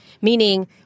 meaning